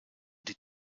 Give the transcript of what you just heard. die